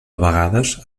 vegades